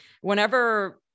whenever